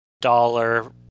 dollar